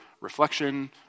reflection